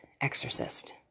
exorcist